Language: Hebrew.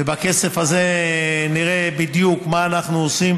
ובכסף הזה נראה בדיוק מה אנחנו עושים